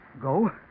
go